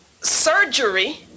surgery